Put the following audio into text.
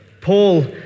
Paul